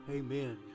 amen